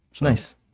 nice